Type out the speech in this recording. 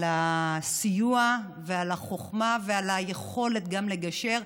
על הסיוע, על החוכמה ועל היכולת לגשר.